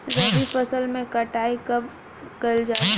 रबी फसल मे कटाई कब कइल जाला?